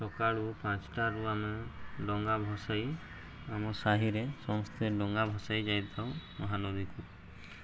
ସକାଳୁ ପାଞ୍ଚଟାରୁ ଆମେ ଡ଼ଙ୍ଗା ଭସାଇ ଆମ ସାହିରେ ସମସ୍ତେ ଡ଼ଙ୍ଗା ଭସାଇ ଯାଇଥାଉ ମହାନଦୀକୁ